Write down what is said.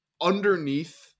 underneath